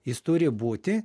jis turi būti